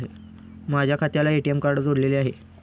माझ्या खात्याला ATM card जोडलेले आहे